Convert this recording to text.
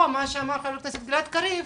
כמו שאמר חבר הכנסת גלעד קריב,